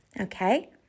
Okay